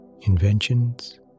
inventions